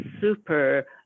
super